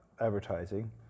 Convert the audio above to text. advertising